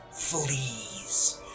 Fleas